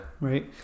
Right